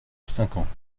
cinquante